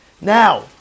Now